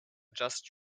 just